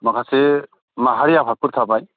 माखासे माहारि आफादफोर थाबाय